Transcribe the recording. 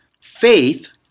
faith